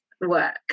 work